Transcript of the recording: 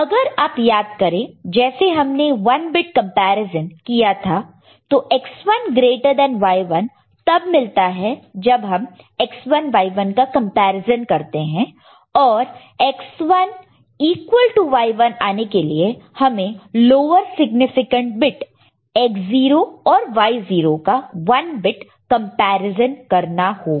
अगर आप याद करें जैसे हमने 1 बिट कंपैरिजन किया था तो X1 ग्रेटर देन Y1 तब मिलता है जब हम X1 Y1 का कंपैरिजन करते हैं और X1 ईक्वल टू Y1 आने के लिए हमें लोअर सिग्निफिकेंट बिट X0 और Y0 का 1 बिट कंपैरिजन करना होगा